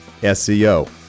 SEO